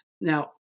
now